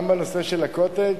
גם בנושא של ה"קוטג'"